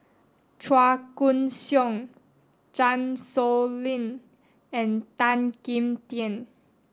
Chua Koon Siong Chan Sow Lin and Tan Kim Tian